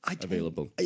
available